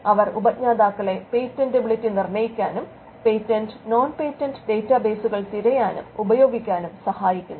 അവർ ഉപജ്ഞാതാക്കളെ പേറ്റന്റബിളിറ്റി നിർണ്ണയിക്കാനും patent non patent ഡാറ്റാബേസുകൾ patent non patent database തിരയാനും ഉപയോഗിക്കാനും സഹായിക്കുന്നു